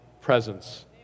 presence